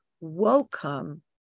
welcome